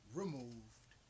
removed